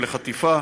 לחטיפה,